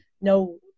no